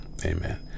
Amen